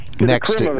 Next